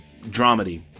dramedy